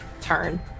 turn